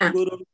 Guru